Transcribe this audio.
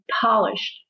polished